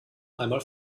einmal